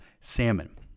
salmon